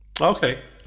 okay